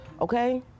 okay